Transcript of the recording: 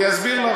אני אסביר לך.